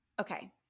Okay